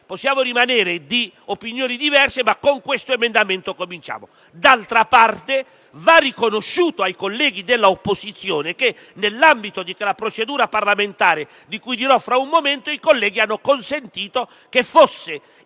possiamo rimanere di opinioni diverse, ma cominciamo ad affrontare la questione. D'altra parte, va riconosciuto ai colleghi dell'opposizione che, nell'ambito della procedura parlamentare, di cui dirò fra un momento, essi hanno consentito che tale